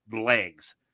legs